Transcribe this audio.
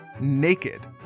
naked